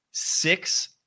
six